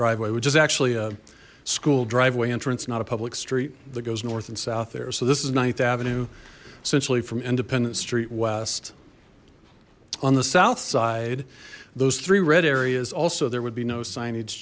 driveway which is actually a school driveway entrance not a public street that goes north and south there so this is ninth avenue essentially from independence street west on the south side those three red areas also there would be no signage